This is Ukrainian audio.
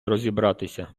розібратися